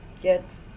get